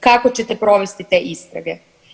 Kako ćete provesti te istrage?